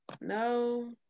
no